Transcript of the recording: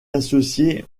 associée